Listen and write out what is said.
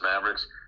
Mavericks